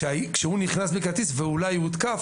וכשהוא נכנס בלי כרטיס ואולי הוא הותקף